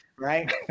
Right